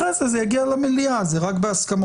אחרי זה זה יגיע למליאה וזה רק בהסכמות.